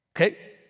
Okay